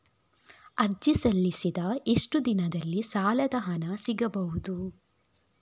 ಅರ್ಜಿ ಸಲ್ಲಿಸಿದ ಎಷ್ಟು ದಿನದಲ್ಲಿ ಸಾಲದ ಹಣ ಸಿಗಬಹುದು?